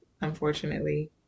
Unfortunately